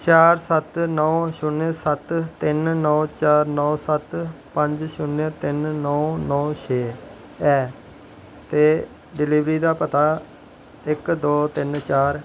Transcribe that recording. चार सत्त नौ शून्य सत्त तिन नौ चार नौ सत्त पंज शून्य तिन नौ नौ छे ऐ ते डिलीवरी दा पता इक दो तिन चार